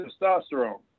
testosterone